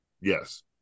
Yes